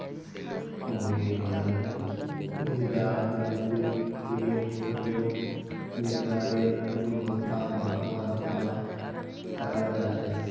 मोहित बताले कि मृदा अनुकूलककेर प्रयोग मृदारेर गुणवत्ताक बढ़वार तना कराल जा छेक